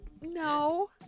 No